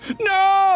No